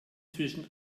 zwischen